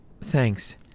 Thanks